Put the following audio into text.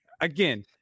again